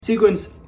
Sequence